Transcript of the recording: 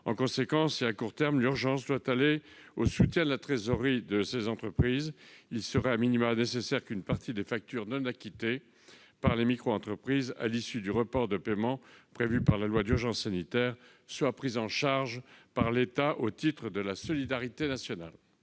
En conséquence, à court terme, l'urgence doit être de soutenir la trésorerie de ces entreprises. Il serait nécessaire qu'une partie des factures non acquittées par les microentreprises, à l'issue du report de paiement prévu par la loi d'urgence sanitaire, soient prises en charge par l'État au titre de la solidarité nationale.